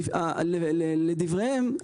לדבריהם,